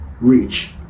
reach